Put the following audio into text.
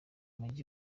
mujyi